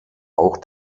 auch